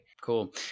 cool